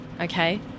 okay